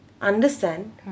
understand